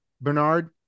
Bernard